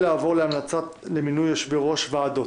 נעבור להמלצה למינוי יושבי-ראש ועדות.